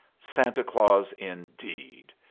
santa claus, indeed!